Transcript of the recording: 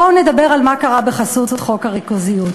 בואו נדבר על מה שקרה בחסות חוק הריכוזיות.